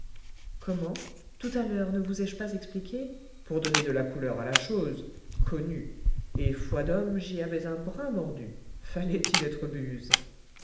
comment tout à l'heure ne vous ai-je pas expliqué pour donner de la couleur à la chose connu et foi d'homme j'y avais un brin mordu fallait-il être buse